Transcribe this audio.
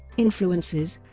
influences